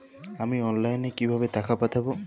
আমি অনলাইনে কিভাবে টাকা পাঠাব?